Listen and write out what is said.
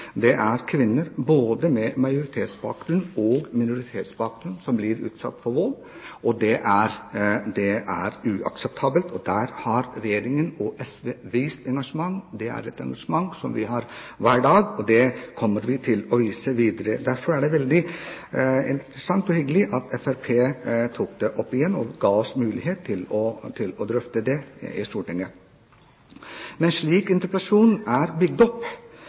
Det er kvinner både med majoritetsbakgrunn og minoritetsbakgrunn som blir utsatt for vold. Det er uakseptabelt. Der har Regjeringen og SV vist engasjement. Det er et engasjement vi har hver dag, og det kommer vi til å vise videre. Derfor er det veldig interessant og hyggelig at Fremskrittspartiet tok det opp igjen, og ga oss muligheten til å drøfte det i Stortinget. Slik interpellasjonen er bygd opp,